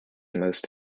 most